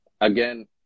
again –